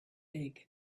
egg